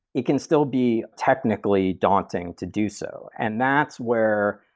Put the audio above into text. it can still be technically daunting to do so. and that's where,